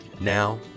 now